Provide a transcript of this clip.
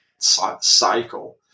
cycle